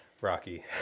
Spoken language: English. Rocky